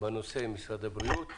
בנושא עם משרד הבריאות.